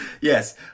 Yes